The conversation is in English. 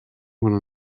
one